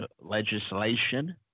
legislation